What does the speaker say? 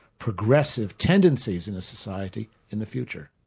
progressive tendencies in a society in the future.